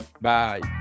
Bye